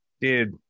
dude